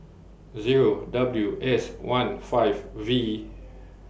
Zero W S one five V